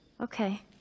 Okay